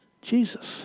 Jesus